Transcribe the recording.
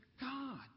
God